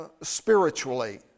spiritually